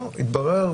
לא, התברר.